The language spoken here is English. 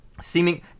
seeming